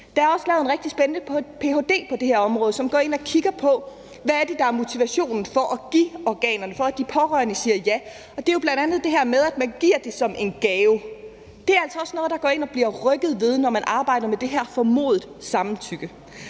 Der er også lavet en rigtig spændende ph.d. på det her område, som går ind og kigger på, hvad det er, der er motivationen for at give organerne og for, at de pårørende siger ja. Det er bl.a. det her med, at man giver det som en gave. Det er altså også noget, man går ind og rykker ved, når man arbejder med det her formodede samtykke.